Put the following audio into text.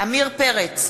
עמיר פרץ,